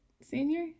senior